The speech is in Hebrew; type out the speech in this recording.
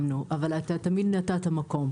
אבל תמיד נתת מקום,